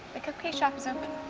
the cupcake shop is open.